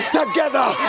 together